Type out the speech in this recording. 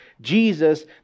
Jesus